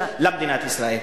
על מדינת ישראל.